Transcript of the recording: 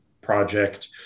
Project